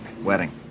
wedding